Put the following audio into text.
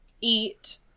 eat